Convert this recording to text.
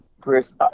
Chris